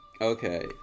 Okay